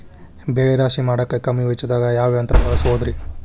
ಬೆಳೆ ರಾಶಿ ಮಾಡಾಕ ಕಮ್ಮಿ ವೆಚ್ಚದಾಗ ಯಾವ ಯಂತ್ರ ಬಳಸಬಹುದುರೇ?